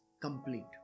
complete